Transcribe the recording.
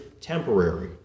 temporary